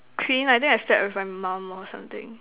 clean I think I slept with my mom or something